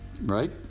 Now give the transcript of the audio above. Right